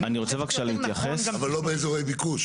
אבל, לא באזורי ביקוש.